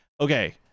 Okay